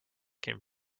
came